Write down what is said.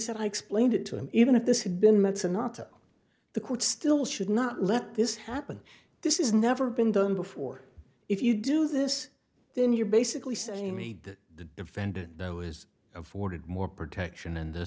said i explained it to him even if this had been met sonata the court still should not let this happen this is never been done before if you do this then you're basically saying me that the defendant though is afforded more protection in th